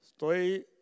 Estoy